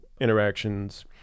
interactions